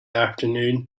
afternoon